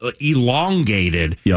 elongated